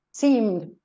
seemed